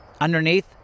Underneath